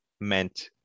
meant